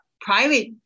private